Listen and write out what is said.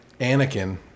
Anakin